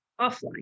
offline